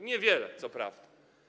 Niewiele co prawda.